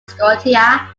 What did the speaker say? scotia